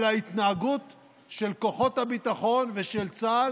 על ההתנהגות של כוחות הביטחון ושל צה"ל